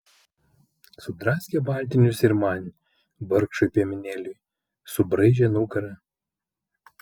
sudraskė baltinius ir man vargšui piemenėliui subraižė nugarą